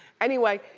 anyway,